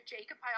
Jacob